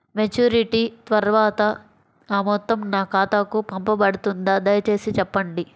Maturity తర్వాత ఆ మొత్తం నా ఖాతాకు పంపబడుతుందా? దయచేసి చెప్పండి?